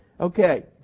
okay